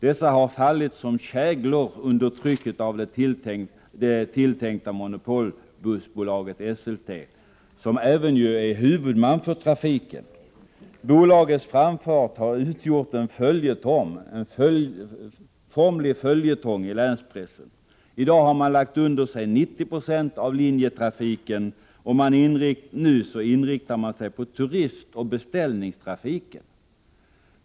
Dessa har fallit som käglor under trycket av det tilltänkta monopolbussbolaget SLT, som även är huvudman för trafiken. Bolagets framfart har utgjort en följetong i länspressen. I dag har bolaget lagt under sig 90 96 av linjetrafiken, och nu inriktar man sig på turistoch beställningstrafiken.